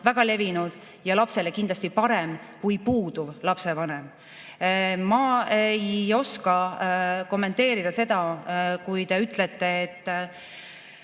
väga levinud ja lapsele on see kindlasti parem kui puuduv vanem. Ma ei oska kommenteerida seda, kui te ütlete, et